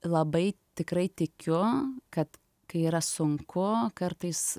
labai tikrai tikiu kad kai yra sunku kartais